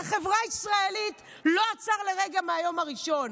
על החברה הישראלית, לא עצרו לרגע מהיום הראשון.